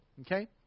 okay